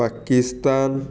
Pakistan